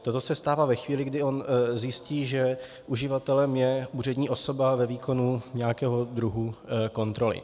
Toto se stává ve chvíli, kdy on zjistí, že uživatelem je úřední osoba ve výkonu nějakého druhu kontroly.